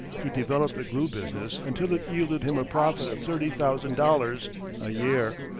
he developed the glue business until it yielded him a profit of thirty thousand dollars a year.